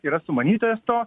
yra sumanytojas to